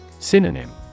Synonym